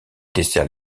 dessert